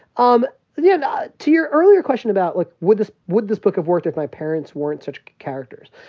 um yeah and to your earlier question about, like, would this would this book have worked if my parents weren't such characters?